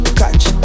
catch